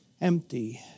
empty